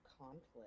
conflict